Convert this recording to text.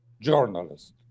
journalist